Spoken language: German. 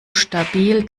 stabil